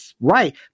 right